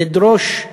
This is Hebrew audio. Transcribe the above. לדרוש,